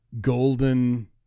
Golden